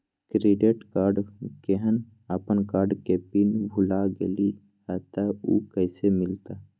Credit card केहन अपन card के पिन भुला गेलि ह त उ कईसे मिलत?